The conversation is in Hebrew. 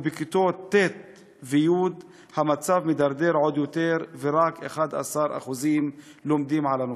ובכיתות ט' וי' המצב מתדרדר עוד יותר ורק 11% לומדים על הנושא.